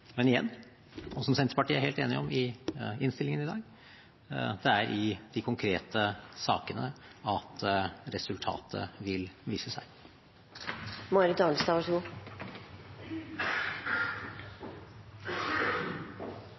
Men igjen: Som Senterpartiet er helt enig i i innstillingen i dag – det er i de konkrete sakene resultatet vil vise